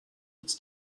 its